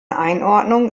einordnung